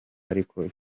ariko